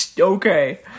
Okay